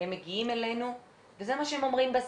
הם מגיעים אלינו וזה מה שהם אומרים בסוף.